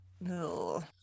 No